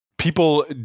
people